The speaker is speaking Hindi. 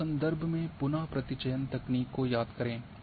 भू संदर्भ में पुनः प्रतिचयन तकनीक को याद करें